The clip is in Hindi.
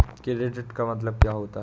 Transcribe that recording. क्रेडिट का मतलब क्या होता है?